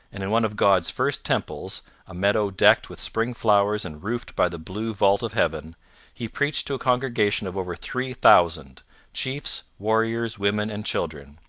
and, in one of god's first temples a meadow decked with spring flowers and roofed by the blue vault of heaven he preached to a congregation of over three thousand chiefs, warriors, women, and children.